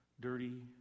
dirty